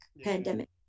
pandemic